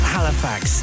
Halifax